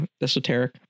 esoteric